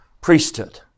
priesthood